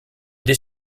des